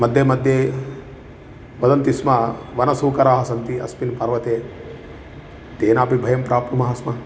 मध्ये मध्ये वदन्ति स्म वनशूकराः सन्ति अस्मिन् पर्वते तेनापि भयं प्राप्नुमः स्म